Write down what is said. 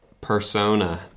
persona